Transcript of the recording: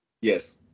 Yes